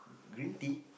green tea